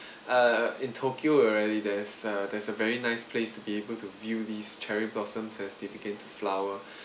uh in tokyo already there's uh there's a very nice place to be able to view these cherry blossoms as they begin to flower